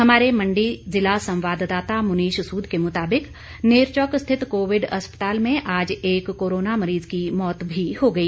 हमारे मंडी संवाददाता मुनीष सूद के मुताबिक नेरचौक स्थित कोविड अस्पताल में आज एक कोरोना मरीज की मौत भी हो गई